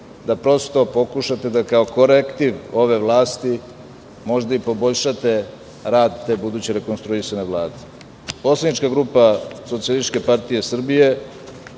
da prosto pokušate da kao korektiv ove vlasti možda i poboljšate rad te buduće rekonstruisane Vlade. Poslanička grupa SPS će naravno u